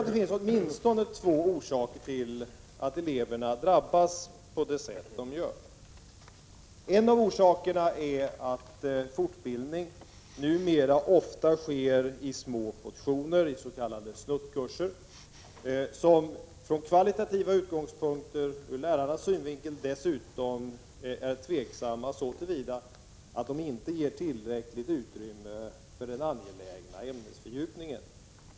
Det finns åtminstone två orsaker till att eleverna drabbas på det sätt som sker. En av orsakerna är den att fortbildning numera ofta sker i små portioner, i s.k. snuttkurser, som från kvalitativa utgångspunkter och ur lärarnas synvinkel är tvivelaktiga så till vida att de inte ger tillräckligt utrymme för den angelägna ämnesfördjupningen.